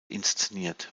inszeniert